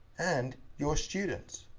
and your students.